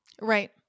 Right